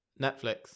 netflix